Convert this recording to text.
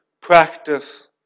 practice